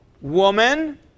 Woman